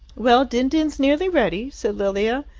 well, din-din's nearly ready, said lilia.